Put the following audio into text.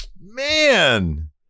man